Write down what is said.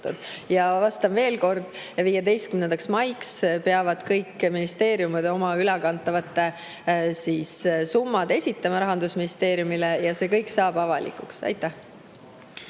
Vastan veel kord: 15. maiks peavad kõik ministeeriumid oma ülekantavad summad esitama Rahandusministeeriumile ja see kõik saab avalikuks. Suur